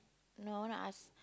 no I want to ask